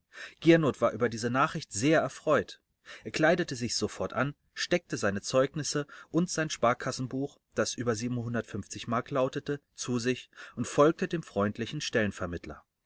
giernoth war über diese nachricht sehr erfreut er kleidete sich sofort an steckte seine zeugnisse und sein sparkassenbuch das über mark lautete zu sich und folgte dem freundlichen